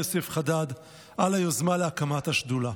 יוסף חדאד על היוזמה להקמת השדולה.